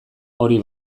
hori